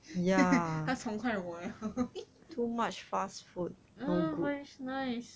他宠坏我 liao uh but it's nice